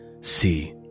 See